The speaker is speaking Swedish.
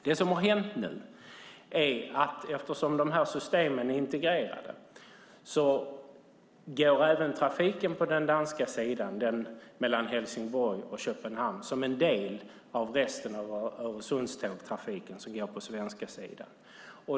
Det som nu har hänt är att eftersom systemen är integrerade går även trafiken på den danska sidan mellan Helsingborg och Köpenhamn som en del av resten av Öresundstrafiken som går på svenska sidan.